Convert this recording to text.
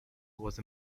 was